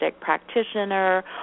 practitioner